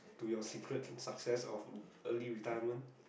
to your secret success or early retirement